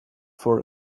for